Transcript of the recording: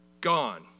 gone